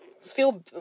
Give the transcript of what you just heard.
feel